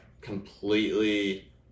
completely